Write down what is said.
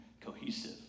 cohesive